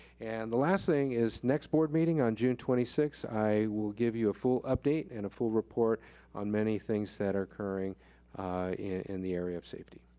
and the last thing is next board meeting on june twenty sixth, i will give you a full update and a full report on many things that are occurring in the area of safety.